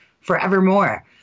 forevermore